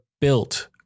built